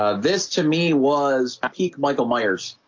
ah this to me was a peek michael myers